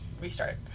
restart